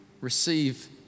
Receive